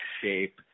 shape